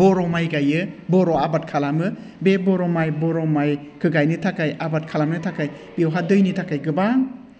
बर' माइ गाइयो बर' आबाद खालामो बे ब'र माइ बर' माइखौ गायनो थाखाय आबाद खालामनो थाखाय बेवहाय दैनि थाखाय गोबां